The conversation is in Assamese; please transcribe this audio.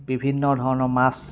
বিভিন্ন ধৰণৰ মাছ